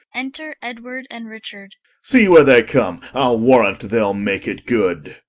enter edward and richard. see where they come, ile warrant they'l make it good.